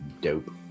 Dope